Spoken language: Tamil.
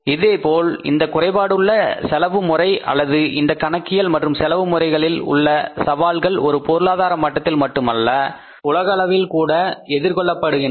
இதேபோல் இந்த குறைபாடுள்ள செலவு முறை அல்லது அந்த கணக்கியல் மற்றும் செலவு முறைகளில் உள்ள சவால்கள் ஒரு பொருளாதார மட்டத்தில் மட்டுமல்ல உலகளவில் கூட எதிர்கொள்ளப்படுகின்றன